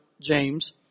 James